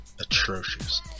atrocious